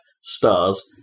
stars